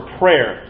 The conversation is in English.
prayer